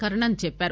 కర్ణన్ చెప్పారు